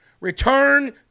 Return